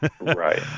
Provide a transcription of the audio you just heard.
Right